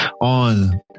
on